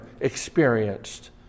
experienced